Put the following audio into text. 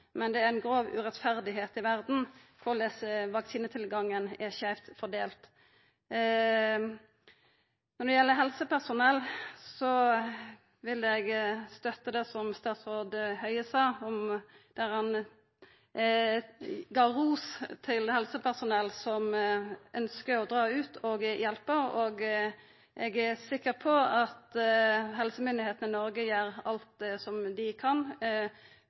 men det er ei grov urettferd i verda kring korleis vaksinetilgangen i verda er skeivt fordelt. Men når det gjeld helsepersonell, vil eg støtta det som òg statsråd Høie sa då han gav ros til helsepersonell som ønskjer å dra ut og hjelpa, og eg er sikker på at helsemyndigheitene i Noreg gjer alt det dei kan